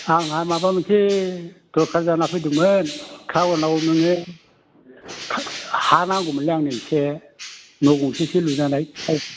आंहा माबा मोनसे दरखार जाना फैदोंमोन थाउनाव नोङो हा नांगौमोनलै आंनो एसे नं गंसेसो लुजानाय